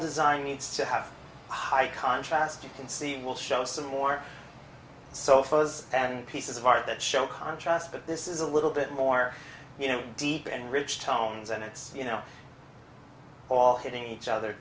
design needs to have high contrast you can see we'll show some more sofas and pieces of art that show contrast but this is a little bit more you know deep and rich tones and it's you know all hitting each other